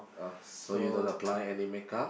uh so you don't apply any makeup